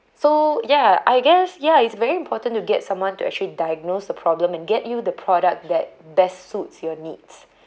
so ya I guess ya it's very important to get someone to actually diagnose the problem and get you the product that best suits your needs